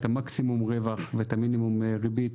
מקסימום רווח ומינימום ריבית.